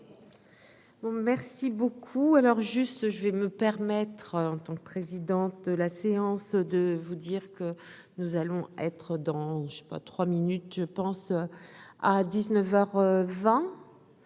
Merci beaucoup à leur juste, je vais me permettre, en tant que président de la séance de vous dire que nous allons être dans je sais pas trois minutes je pense à 19